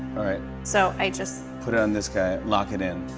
alright. so i just put it on this guy. lock it in.